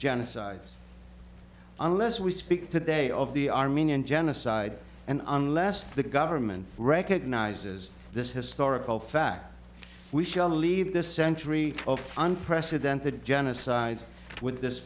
genocides unless we speak today of the armenian genocide and unless the government recognizes this historical fact we shall leave this century of unprecedented genocide with this